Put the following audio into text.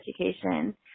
education